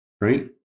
right